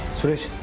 suresh,